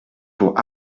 pour